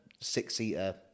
six-seater